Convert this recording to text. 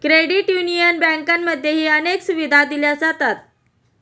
credit union बँकांमध्येही अनेक सुविधा दिल्या जातात